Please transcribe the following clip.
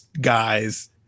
guys